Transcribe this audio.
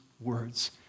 words